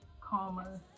calmer